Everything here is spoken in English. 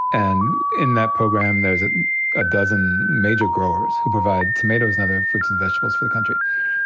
and in that program, there's a dozen major growers who provide tomatoes and other fruits and vegetables for the country.